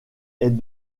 est